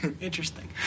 Interesting